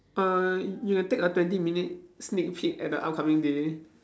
uh you can take a twenty minute sneak peek at the upcoming day